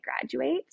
graduate